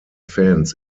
fans